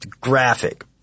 graphic